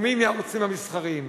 או מי מהערוצים המסחריים.